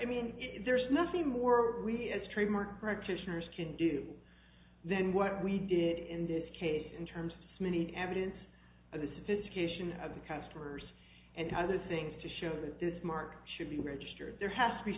i mean there's nothing more we as trademark practitioners can do then what we did in this case in terms of many evidence of the sophistication of the customers and other things to show that this mark should be registered there has to be